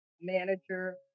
manager